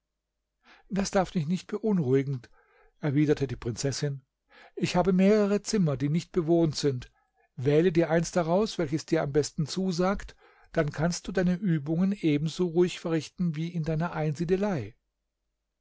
das darf dich nicht beunruhigend erwiderte die prinzessin ich habe mehrere zimmer die nicht bewohnt sind wähle dir eins daraus welches dir am besten zusagt dann kannst du deine übungen ebenso ruhig verrichten wie in deiner einsiedelei